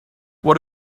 what